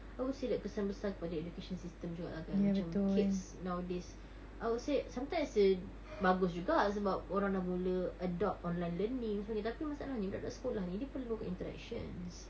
I would say that kesan besar kepada education system juga lah kan macam kids nowadays I would say sometimes se~ bagus juga sebab orang dah mula adopt online learning sebagainya tapi masalahnya budak-budak sekolah ni dia perlukan interactions